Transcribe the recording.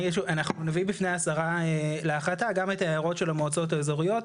אנחנו נביא בפני השרה להחלטה גם את ההערות של המועצות האזוריות,